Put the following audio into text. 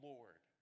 Lord